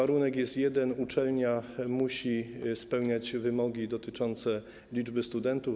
Warunek jest jeden: uczelnia musi spełniać wymogi dotyczące liczby studentów.